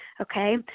okay